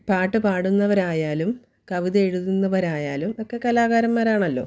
പാട്ട് പാടുന്നവരായാലും കവിത എഴുതുന്നവരായാലും ഒക്കെ കലാകാരന്മാരാണല്ലോ